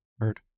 Hurt